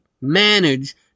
manage